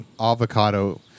avocado